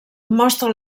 mostra